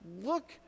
Look